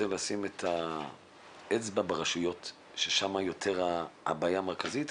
לשים את האצבע ברשויות ששם יותר הבעיה המרכזית,